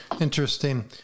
Interesting